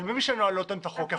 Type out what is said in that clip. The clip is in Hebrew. אני מבין שנוהל לא תואם את החוק.